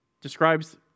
describes